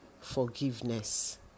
forgiveness